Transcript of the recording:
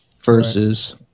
Versus